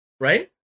right